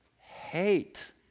hate